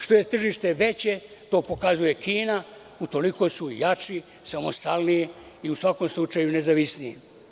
Što je tržište veće, to pokazuje Kina, utoliko su i jači, samostalniji i u svakom slučaju nezavisniji.